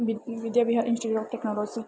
Vidya Bihar institute of technology